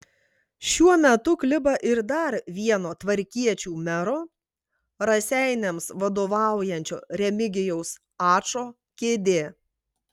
šiuo metu kliba ir dar vieno tvarkiečių mero raseiniams vadovaujančio remigijaus ačo kėdė